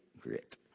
grit